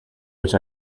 which